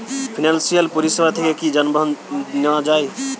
Financial পরিসেবা থেকে কি যানবাহন নেওয়া যায়?